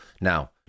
Now